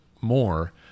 more